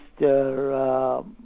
Mr